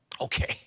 Okay